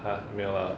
!huh! 没有 lah